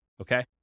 okay